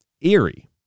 eerie